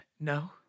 No